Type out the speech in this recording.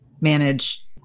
manage